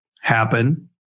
happen